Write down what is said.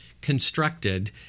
constructed